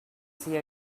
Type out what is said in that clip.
see